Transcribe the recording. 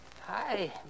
Hi